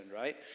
right